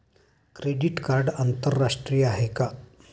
Credit card आंतरराष्ट्रीय आहे का?